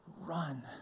run